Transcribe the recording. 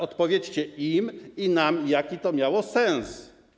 Odpowiedzcie im i nam, jaki to miało sens.